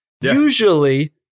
Usually